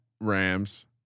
Rams